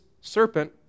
serpent